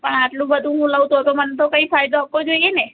પણ આટલું બધુ હું લઉં તો તો મને તો કંઈ ફાયદો આપવો જોઈએ ને